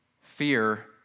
Fear